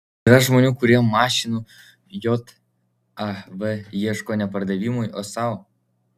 ar yra žmonių kurie mašinų jav ieško ne pardavimui o sau